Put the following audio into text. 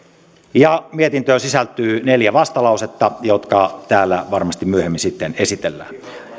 mietintöön sisältyy neljä vastalausetta jotka täällä varmasti myöhemmin sitten esitellään